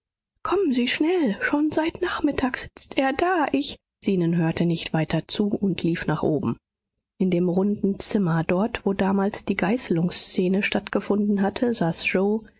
kommen sie schnell schon seit nachmittag sitzt er da ich zenon hörte nicht weiter zu und lief nach oben in dem runden zimmer dort wo damals die geißelungsszene stattgefunden hatte saß yoe